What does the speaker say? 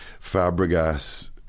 Fabregas